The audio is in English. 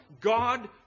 God